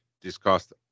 discussed